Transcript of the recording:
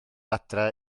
adre